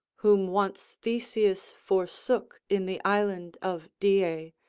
whom once theseus forsook in the island of dia,